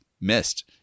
missed